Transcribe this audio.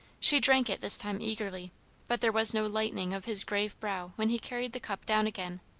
she drank it this time eagerly but there was no lightening of his grave brow when he carried the cup down again.